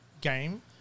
game